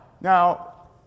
Now